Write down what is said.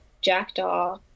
Jackdaw